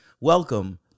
Welcome